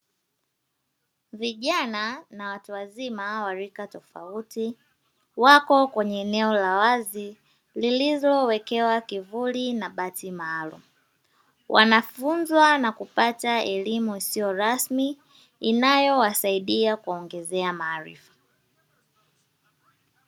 Vijana na watu wazima wa rika tofauti wako kwenye eneo la wazi lililowekewa kivuli na bati maalumu, wanafunza na kupata elimu isiyo rasmi inayowasaidia kuwaongezea maarifa.